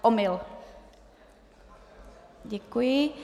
Omyl. Děkuji.